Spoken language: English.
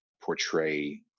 portray